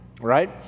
Right